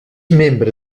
membre